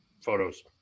photos